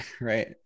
Right